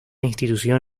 institución